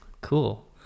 cool